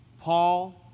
Paul